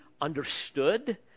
understood